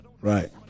Right